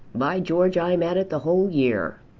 by george i'm at it the whole year!